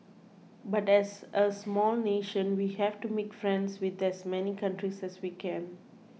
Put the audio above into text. but as a small nation we have to make friends with as many countries as we can